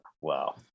Wow